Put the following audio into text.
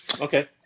Okay